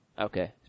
Okay